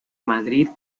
madrid